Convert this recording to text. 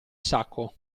sacco